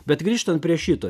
bet grįžtant prie šito